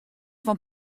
fan